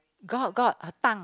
got got her tongue